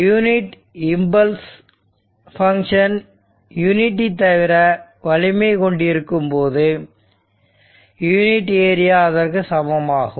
unit impulse function unity தவிர வலிமை கொண்டிருக்கும்போது யூனிட் ஏரியா அதற்கு சமமாகும்